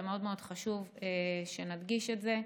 מאוד מאוד חשוב שנדגיש את זה,